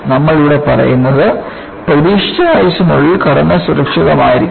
നമ്മൾ ഇവിടെ പറയുന്നത് പ്രതീക്ഷിച്ച ആയുസ്സിനുള്ളിൽ ഘടന സുരക്ഷിതമായിരിക്കണം